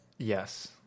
Yes